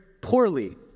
poorly